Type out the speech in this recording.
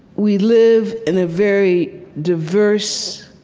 we live in a very diverse